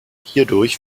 hierdurch